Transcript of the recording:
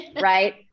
right